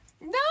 No